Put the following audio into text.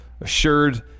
assured